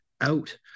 out